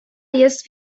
jest